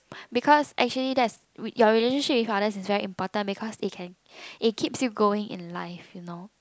because actually that's y~ your relationship with others is very important because it can it keeps you going in life you know